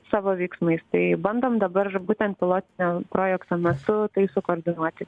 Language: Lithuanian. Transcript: savo veiksmais tai bandom dabar būtent pilotinio projekto metu tai sukoordinuoti